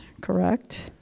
correct